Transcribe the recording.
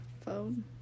phone